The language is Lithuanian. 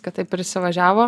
kad taip ir įsivažiavo